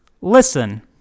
listen